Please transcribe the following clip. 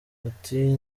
ati